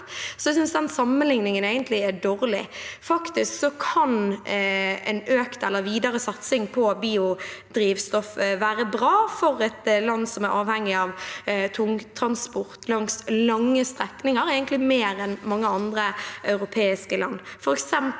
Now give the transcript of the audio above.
egentlig den sammenligningen er dårlig. Faktisk kan en økt eller videre satsing på biodrivstoff være bra for et land som er avhengig av tungtransport langs lange strekninger, egentlig mer enn for mange andre europeiske land,